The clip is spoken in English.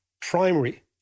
primary